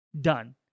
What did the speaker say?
Done